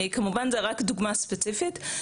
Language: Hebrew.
כמובן, זו רק דוגמא ספציפית.